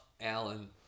Alan